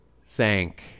sank